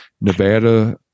Nevada